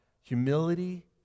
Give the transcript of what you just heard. Humility